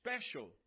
special